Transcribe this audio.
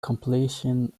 completion